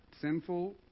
sinful